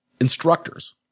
instructors